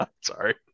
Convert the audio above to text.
Sorry